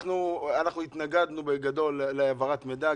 אנחנו התנגדנו בגדול להעברת מידע,